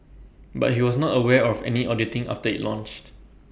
but he was not aware of any auditing after IT launched